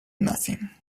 nothing